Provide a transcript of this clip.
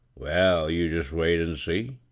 well, you jest wait an' seel